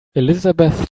elizabeth